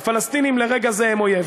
הפלסטינים ברגע זה הם אויב,